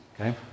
okay